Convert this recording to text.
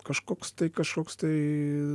kažkoks tai kažkoks tai